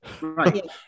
Right